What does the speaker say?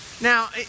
Now